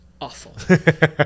Awful